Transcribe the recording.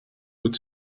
would